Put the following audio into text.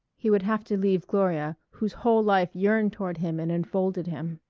he would have to leave gloria, whose whole life yearned toward him and enfolded him.